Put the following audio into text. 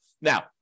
now